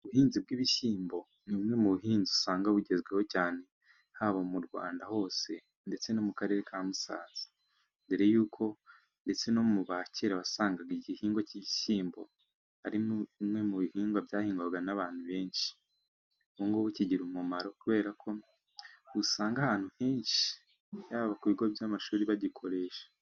Ubuhinzi bw'ibishyimbo ni bumwe mu buhinzi usanga bugezweho cyane, haba mu Rwanda hose ndetse no mu karere ka Musanze. Mbere yuko ndetse no mu ba kera wasangaga igihingwa k'igishyimbo harimo bimwe mu bihingwa byahingwaga n'abantu benshi. Ubu ngubu kigira umumaro kubera ko usanga ahantu henshi haba ku bigo by'amashuri bagikoresha.